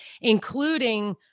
including